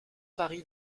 varie